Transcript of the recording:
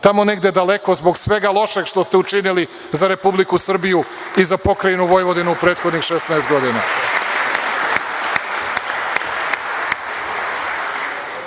tamo negde daleko zbog svega lošeg što ste učinili za Republiku Srbiju i za Pokrajinu Vojvodinu u prethodnih 16 godina. Kažete,